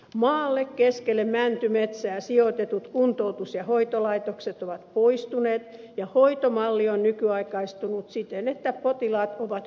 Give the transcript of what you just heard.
maalle keskelle mäntymetsää sijoitetut kuntoutus ja hoitolaitokset ovat poistuneet ja hoitomalli on nykyaikaistunut siten että potilaat ovat polikliinisessä hoidossa